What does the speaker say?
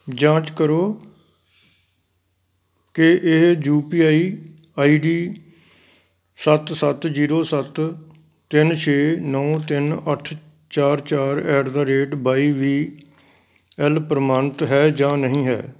ਜਾਂਚ ਕਰੋ ਕਿ ਇਹ U P I I D ਸੱਤ ਸੱਤ ਜ਼ੀਰੋ ਸੱਤ ਤਿੰਨ ਛੇ ਨੌਂ ਤਿੰਨ ਅੱਠ ਚਾਰ ਚਾਰ at the rate Y V L ਪ੍ਰਮਾਣਿਤ ਹੈ ਜਾਂ ਨਹੀਂ ਹੈ